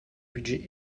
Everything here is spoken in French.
budget